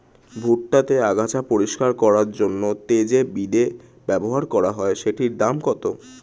ভুট্টা তে আগাছা পরিষ্কার করার জন্য তে যে বিদে ব্যবহার করা হয় সেটির দাম কত?